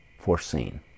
foreseen